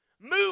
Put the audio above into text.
Move